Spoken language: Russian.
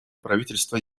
правительства